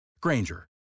Granger